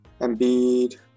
Embiid